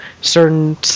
certain